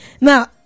Now